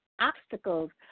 obstacles